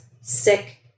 sick